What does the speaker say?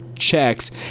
checks